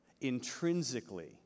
intrinsically